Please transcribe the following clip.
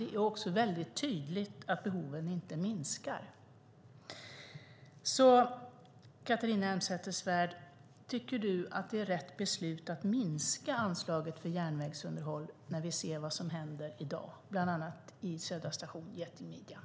Det är dock tydligt att behoven inte minskar. Tycker du, Catharina Elmsäter-Svärd, att det är rätt beslut att minska anslaget till järnvägsunderhåll när vi ser vad som händer, bland annat vid Södra station och getingmidjan?